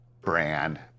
brand